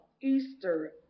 Easter